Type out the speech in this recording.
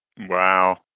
Wow